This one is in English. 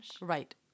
right